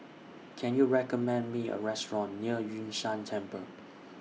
Can YOU recommend Me A Restaurant near Yun Shan Temple